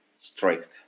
strict